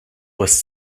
was